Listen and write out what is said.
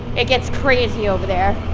it gets crazy over there.